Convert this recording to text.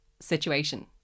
situation